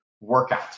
workout